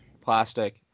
Plastic